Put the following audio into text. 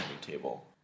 table